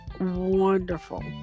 wonderful